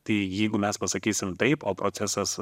tai jeigu mes pasakysim taip o procesas